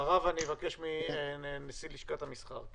אחריו אני אבקש מנשיא לשכת המסחר.